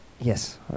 Yes